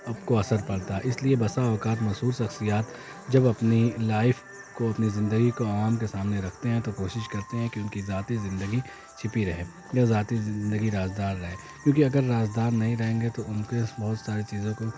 آپ کو اثر پڑتا ہے اس لیے بسا اوقات مشہور شخصیات جب اپنی لائف کو اپنی زندگی کو عوام کے سامنے رکھتے ہیں تو کوشش کرتے ہیں کہ ان کی ذاتی زندگی چھپی رہے یا ذاتی زندگی رازدار رہے کیونکہ اگر رازدار نہیں رہیں گے تو ان کے بہت ساری چیزوں کو